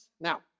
Now